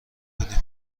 بودیم